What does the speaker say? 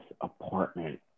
apartment